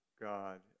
God